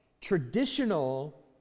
traditional